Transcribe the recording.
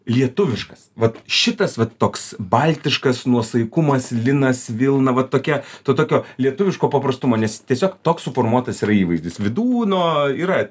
lietuviškas va šitas va toks baltiškas nuosaikumas linas vilna va tokia to tokio lietuviško paprastumo nes tiesiog toks suformuotas yra įvaizdis vydūno yra